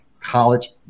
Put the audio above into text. college